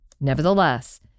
Nevertheless